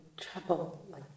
trouble